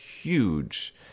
huge